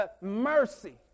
Mercy